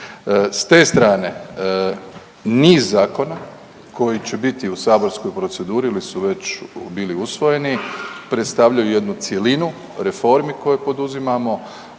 S te strane, niz zakona koji će biti u saborskoj proceduri ili su već bili usvojeni, predstavljaju jednu cjelinu reformi koje poduzimamo,